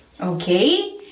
okay